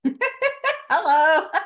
Hello